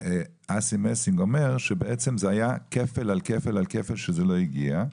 אסי מסינג אומר שבעצם זה היה כפל על כפל על כפל שזה לא הגיע.